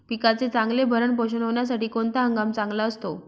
पिकाचे चांगले भरण पोषण होण्यासाठी कोणता हंगाम चांगला असतो?